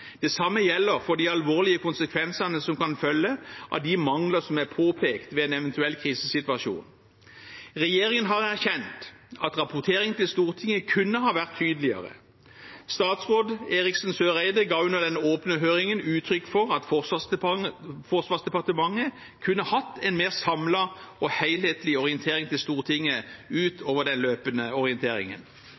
Det samme gjelder for de alvorlige konsekvensene som kan følge av de mangler som er påpekt, ved en eventuell krisesituasjon. Regjeringen har erkjent at rapporteringen til Stortinget kunne ha vært tydeligere. Tidligere forsvarsminister Eriksen Søreide ga under den åpne høringen uttrykk for at Forsvarsdepartementet kunne hatt en mer samlet og helhetlig orientering for Stortinget, utover den løpende orienteringen.